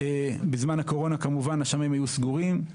בזמן הקורונה כמובן השמים היו סגורים.